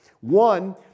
One